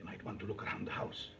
you might want to look around the house